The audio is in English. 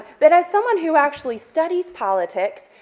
but as someone who actually studies politics,